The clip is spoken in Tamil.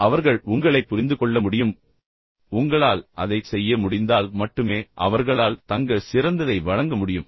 எனவே அவர்கள் உங்களைப் புரிந்துகொள்ள முடியும் உங்களால் அதைச் செய்ய முடிந்தால் மட்டுமே அவர்களால் தங்கள் சிறந்ததை வழங்க முடியும்